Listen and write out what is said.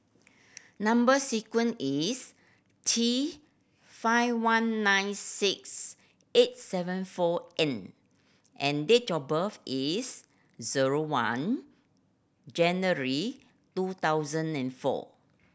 number sequence is T five one nine six eight seven four N and date of birth is zero one January two thousand and four